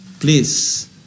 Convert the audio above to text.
Please